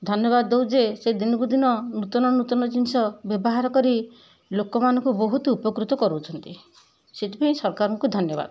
ଧନ୍ୟବାଦ ଦେଉଛି ଯେ ସେ ଦିନକୁ ଦିନ ନୂତନ ନୂତନ ଜିନିଷ ବ୍ୟବହାର କରି ଲୋକମାନଙ୍କୁ ବହୁତ ଉପକୃତ କରାଉଛନ୍ତି ସେଇଥିପାଇଁ ସରକାରଙ୍କୁ ଧନ୍ୟବାଦ